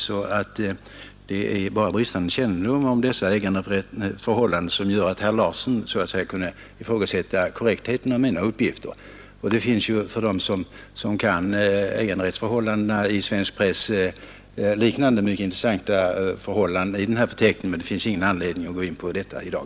Det är alltså bara bristande kännedom om dessa ägandeförhållanden som gör att herr Larsson så att säga ifrågasätter korrektheten av mina uppgifter. De som känner äganderättsförhållandena i svensk dagspress kan finna liknande, mycket intressanta förhållanden i den här förteckningen, men vi har ingen anledning att gå in på detta i dag.